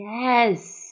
Yes